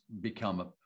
become